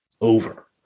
over